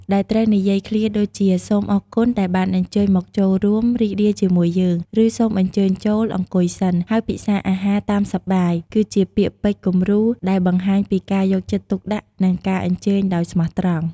ដែលត្រូវនិយាយឃ្លាដូចជា "សូមអរគុណដែលបានអញ្ជើញមកចូលរួមរីករាយជាមួយយើង" ឬ "សូមអញ្ជើញចូល អង្គុយសិន ហើយពិសារអាហារតាមសប្បាយ" គឺជាពាក្យពេចន៍គំរូដែលបង្ហាញពីការយកចិត្តទុកដាក់ និងការអញ្ជើញដោយស្មោះត្រង់។